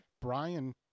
Brian